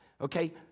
okay